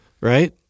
right